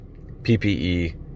PPE